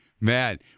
Man